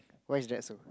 why is that so